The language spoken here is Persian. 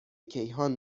کیهان